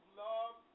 love